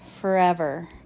forever